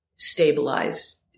stabilize